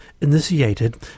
initiated